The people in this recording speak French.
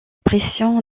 pression